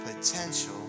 potential